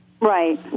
Right